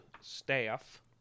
staff